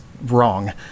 wrong